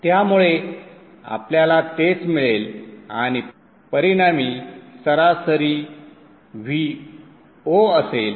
त्यामुळे आपल्याला तेच मिळेल आणि परिणामी सरासरी Vo असेल